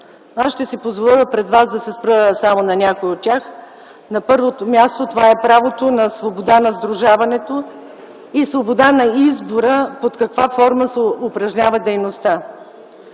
вас ще си позволя да се спра само на някои от тях. На първо място, това е правото на свобода на сдружаването и свобода на избора под каква форма се упражнява дейността.